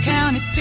County